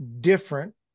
different